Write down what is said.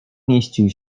mieścił